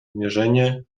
mierzenie